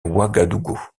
ouagadougou